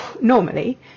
normally